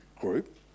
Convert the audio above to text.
group